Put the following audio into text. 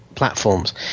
platforms